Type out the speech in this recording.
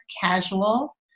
casual